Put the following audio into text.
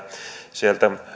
sieltä